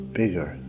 bigger